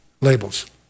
labels